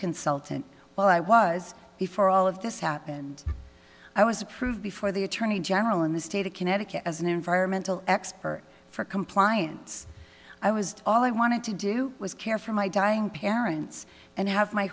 consultant well i was before all of this happened i was approved before the attorney general in the state of connecticut as an environmental expert for compliance i was all i wanted to do was care for my dying parents and have my